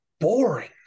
Boring